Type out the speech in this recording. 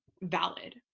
valid